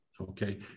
okay